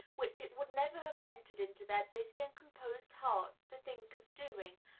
which it would never have entered into their busy and composed hearts to think of doing,